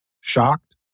shocked